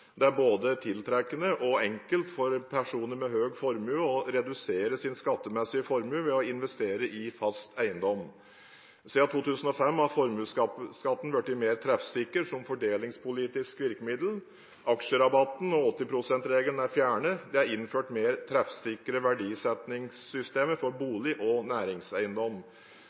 enkelt for personer med høy formue å redusere sin skattemessige formue ved å investere i fast eiendom. Siden 2005 har formuesskatten blitt mer treffsikker som fordelingspolitisk virkemiddel. Aksjerabatten og 80 pst.-regelen er fjernet. Det er innført mer treffsikre verdisettingssystemer for bolig og næringseiendom.